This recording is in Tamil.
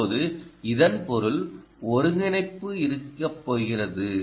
இப்போது இதன் பொருள் ஒருங்கிணைப்பு இருக்கப்போகிறது